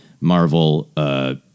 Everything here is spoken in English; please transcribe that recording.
Marvel